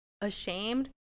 ashamed